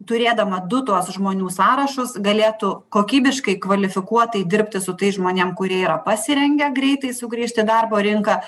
turėdama du tuos žmonių sąrašus galėtų kokybiškai kvalifikuotai dirbti su tais žmonėm kurie yra pasirengę greitai sugrįžt į darbo rinką